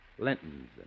Linton's